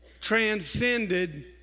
transcended